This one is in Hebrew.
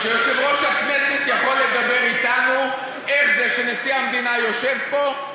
שיושב-ראש הכנסת יכול לדבר אתנו על איך זה שנשיא המדינה יושב פה,